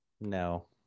No